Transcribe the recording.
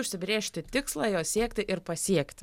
užsibrėžti tikslą jo siekti ir pasiekti